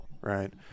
right